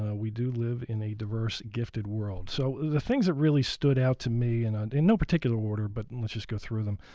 ah we do live in a diverse gifted world. so the things that really stood out to me and and in no particular order, but and let's just go through them,